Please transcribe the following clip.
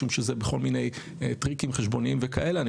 משום שזה בכל מיני טריקים חשבוניים וכאלה.